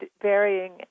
varying